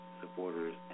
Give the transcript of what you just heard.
supporters